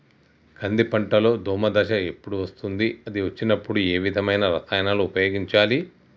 కంది పంటలో దోమ దశ ఎప్పుడు వస్తుంది అది వచ్చినప్పుడు ఏ విధమైన రసాయనాలు ఉపయోగించాలి?